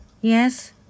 Yes